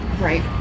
Right